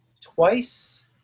twice